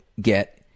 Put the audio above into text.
get